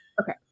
okay